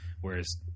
Whereas